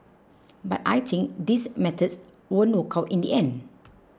but I think these methods won't work out in the end